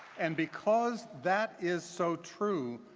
and because that is so true,